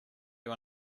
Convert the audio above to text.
you